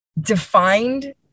defined